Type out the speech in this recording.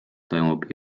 toimub